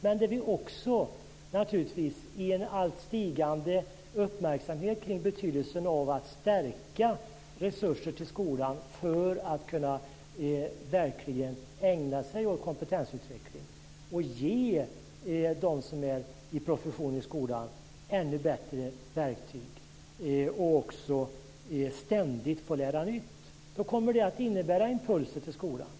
Men vi fäster också en allt stigande uppmärksamhet på betydelsen av att stärka resurser till skolan för att den verkligen ska kunna ägna sig åt kompetensutveckling och ge dem som är i profession i skolan ännu bättre verktyg. De ska ständigt få lära nytt. Allt detta kommer att innebära impulser till skolan.